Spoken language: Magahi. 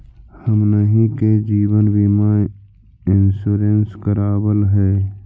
हमनहि के जिवन बिमा इंश्योरेंस करावल है?